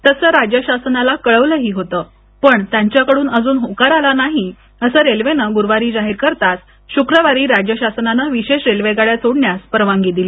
तस राज्य शासनाला कळवलंही होत पण त्यांच्याकडून अजून होकार आला नाही असं रेल्वेने ग्रुवारी जाहीर करताचशुक्रवारी राज्य शासनानं विशेष रेल्वे गाड्या सोडण्यास परवानगी दिली